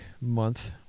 month